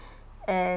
and